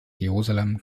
jerusalem